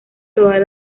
todas